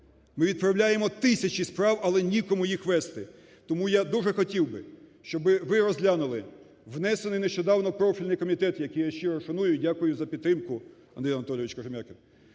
Ми відправляємо тисячі справ, але нікому їх вести. Тому я дуже хотів би, щоби ви розглянули внесений нещодавно в профільний комітет, який я щиро шаную, дякую за підтримку, Андрій Анатолійович Кожем'якін,